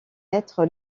être